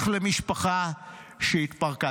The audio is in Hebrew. אח למשפחה שהתפרקה.